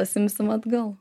pasiimsim atgal